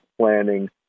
planning